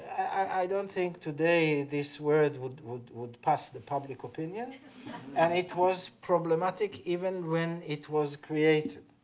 i don't think today this word would would pass the public opinion and it was problematic even when it was created.